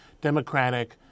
Democratic